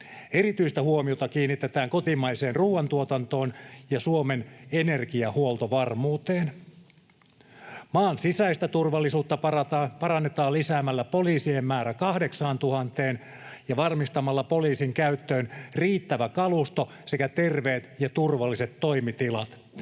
Erityistä huomiota kiinnitetään kotimaiseen ruoantuotantoon ja Suomen energiahuoltovarmuuteen. Maan sisäistä turvallisuutta parannetaan lisäämällä poliisien määrä 8 000:een ja varmistamalla poliisin käyttöön riittävä kalusto sekä terveet ja turvalliset toimitilat.